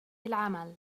العمل